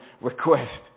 request